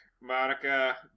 Monica